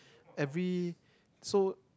every so